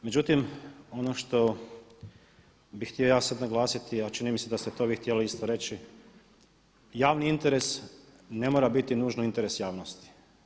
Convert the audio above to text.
Međutim, ono što bi htio ja sad naglasiti a čini mi se da ste to vi htjeli isto reći, javni interes ne mora biti nužno interes javnosti.